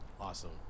Awesome